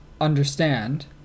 understand